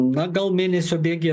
na gal mėnesio bėgyje